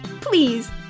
Please